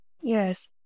Yes